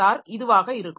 R இதுவாக இருக்கும்